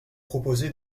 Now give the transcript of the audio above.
proposer